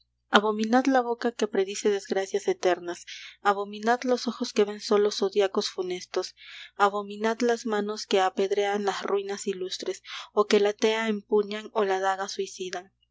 siglos abominad la boca que predice desgracias eternas abominad los ojos que ven sólo zodiacos funestos abominad las manos que apedrean las ruinas ilustres o que la tea empuñan o la daga suicida